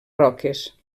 roques